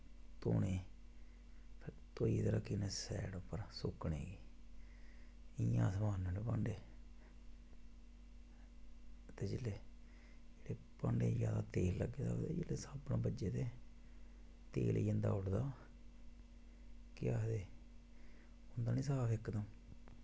धोने ते ङोइयै रक्खी ओड़ने साईड पर सुक्कने गी इंया अस मांजने होने भांडे ते भांडे गी तेल लग्गे दा साबुन कन्नै तेल जंदा उडदा ते केह् आखदे बनी सकदा इकदम